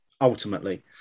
ultimately